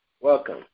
Welcome